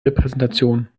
repräsentation